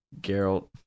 Geralt